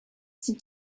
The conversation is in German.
sind